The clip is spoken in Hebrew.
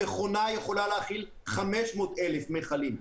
המכונה יכולה להכיל 500 אלף מכלים.